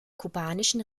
kubanischen